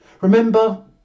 Remember